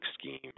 scheme